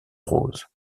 roses